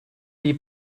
dei